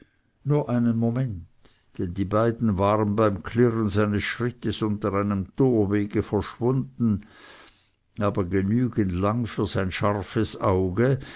nur einen moment denn die beiden waren beim klirren seines schrittes unter einem torwege verschwunden aber genügend lang für sein scharfes auge